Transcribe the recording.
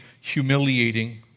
humiliating